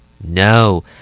No